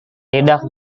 tidak